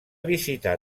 visitar